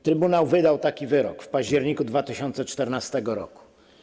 Trybunał wydał taki wyrok w październiku 2014 r.